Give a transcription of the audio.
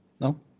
No